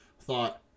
thought